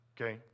Okay